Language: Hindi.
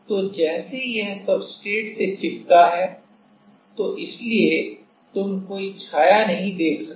तो जैसे यह सब्सट्रेट से चिपका है तो इसलिए तुम कोई छाया नहीं देख सकते